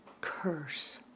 curse